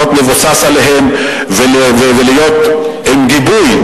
להיות מבוסס עליהם ולהיות עם גיבוי,